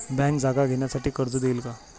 Bank जागा घेण्यासाठी कर्ज देईल का?